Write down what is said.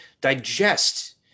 digest